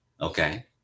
okay